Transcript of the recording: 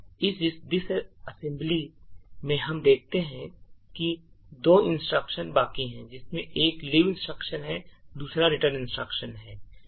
इस disassembly में हम देखते हैं कि 2 इंस्ट्रक्शंसन बाकी हैं जिसमें एक leave instruction और दूसरा return instruction है